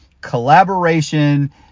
collaboration